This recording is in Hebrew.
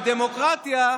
בדמוקרטיה,